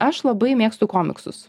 aš labai mėgstu komiksus